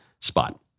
spot